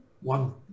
one